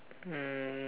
um